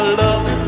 love